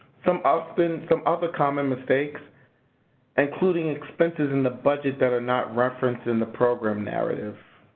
some often some other common mistakes including expenses in the budget that are not referenced in the program narrative,